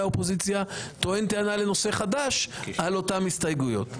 האופוזיציה טוען טענה לנושא חדש על אותן הסתייגויות.